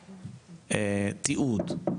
תיעוד,